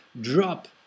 drop